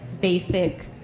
basic